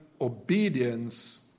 obedience